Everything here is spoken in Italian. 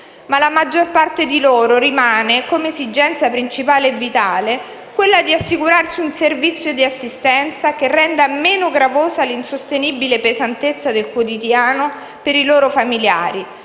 per la maggior parte di loro rimane l'esigenza principale e vitale di assicurarsi un servizio di assistenza che renda meno gravosa l'insostenibile pesantezza del quotidiano per i loro familiari,